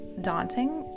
daunting